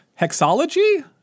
Hexology